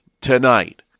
tonight